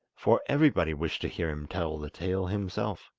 for everybody wished to hear him tell the tale himself.